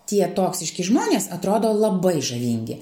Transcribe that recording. tie toksiški žmonės atrodo labai žavingi